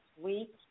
week